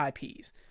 IPs